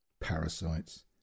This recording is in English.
Parasites